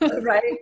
Right